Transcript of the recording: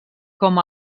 com